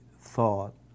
thought